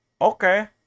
Okay